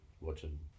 watching